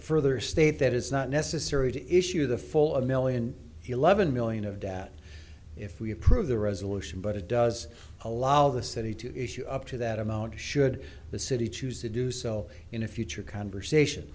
further state that is not necessary to issue the full of million eleven million of debt if we approve the resolution but it does allow the city to issue up to that amount should the city choose to do so in a future conversation